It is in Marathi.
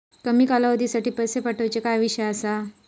कमी कालावधीसाठी पैसे ठेऊचो काय विषय असा?